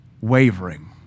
wavering